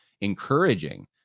encouraging